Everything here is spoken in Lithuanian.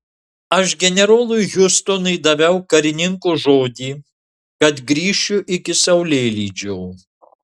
aš generolui hiustonui daviau karininko žodį kad grįšiu iki saulėlydžio